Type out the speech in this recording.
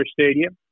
Stadium